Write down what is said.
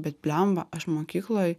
bet bliamba aš mokykloj